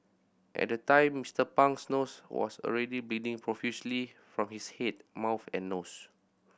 at the time Mister Pang's nose was already bleeding profusely from his head mouth and nose